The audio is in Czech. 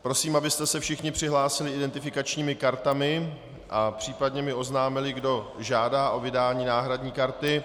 Prosím, abyste se všichni přihlásili identifikačními kartami a případně mi oznámili, kdo žádá o vydání náhradní karty.